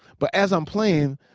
but as i'm playing,